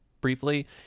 briefly